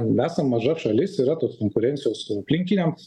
nesam maža šalis yra tos konkurencijos su aplinkinėm